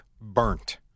burnt